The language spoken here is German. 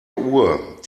uhr